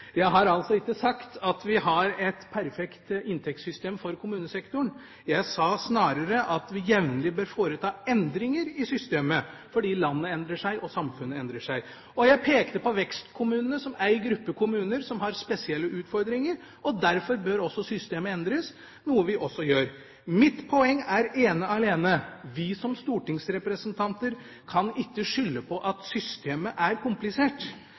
Jeg har ikke sagt at vi har et perfekt inntektssystem for kommunesektoren. Jeg sa snarere at vi jevnlig bør foreta endringer i systemet, fordi landet endrer seg og samfunnet endrer seg. Jeg pekte på vekstkommunene som en gruppe kommuner som har spesielle utfordringer. Derfor bør systemet endres, noe vi også gjør. Mitt poeng er ene og alene: Vi som stortingsrepresentanter kan ikke skylde på at systemet er komplisert.